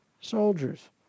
soldiers